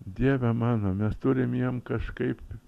dieve mano mes turim jam kažkaip